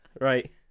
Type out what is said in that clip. Right